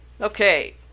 Okay